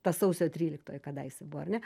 ta sausio tryliktoji kadaise buvo ar ne